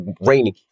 raining